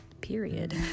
period